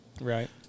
right